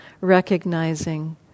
recognizing